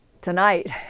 tonight